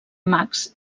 mags